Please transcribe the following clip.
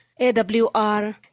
AWR